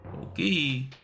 Okay